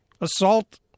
Assault